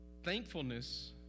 Thankfulness